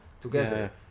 together